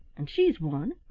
and she's one,